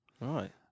right